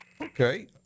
Okay